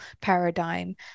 paradigm